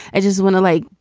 i just want to, like,